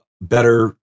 better